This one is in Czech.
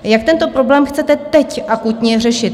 Jak tento problém chcete teď akutně řešit?